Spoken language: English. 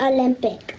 Olympic